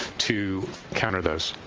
to counter those.